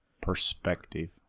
Perspective